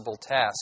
task